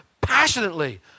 passionately